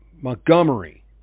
Montgomery